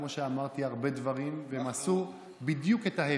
כמו שאמרתי, הרבה דברים, והם עשו בדיוק את ההפך.